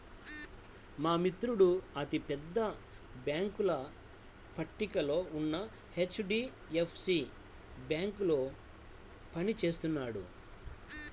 మా మిత్రుడు అతి పెద్ద బ్యేంకుల పట్టికలో ఉన్న హెచ్.డీ.ఎఫ్.సీ బ్యేంకులో పని చేస్తున్నాడు